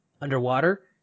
underwater